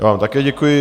Já vám také děkuji.